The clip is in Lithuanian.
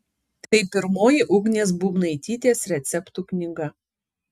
tai pirmoji ugnės būbnaitytės receptų knyga